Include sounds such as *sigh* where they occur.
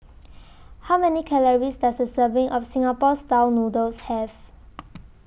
*noise* How Many Calories Does A Serving of Singapore Style Noodles has *noise*